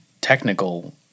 technical